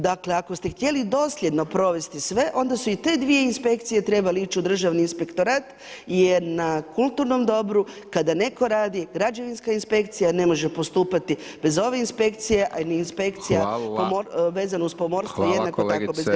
Dakle, ako ste htjeli dosljedno provesti sve, onda su i te dvije inspekcije trebale ići u državni inspektorat, jer na kulturnom dobru, kada netko radi, građevinska inspekcija, ne može postupati bez ove inspekcije, a inspekcija vezano uz pomorstvo, jednako tako bez građevinske.